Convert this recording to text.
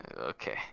Okay